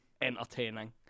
entertaining